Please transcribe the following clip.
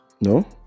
no